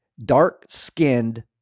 dark-skinned